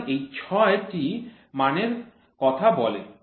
সুতরাং এই ৬ টি মানের কথা বলে